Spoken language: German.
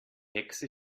hexe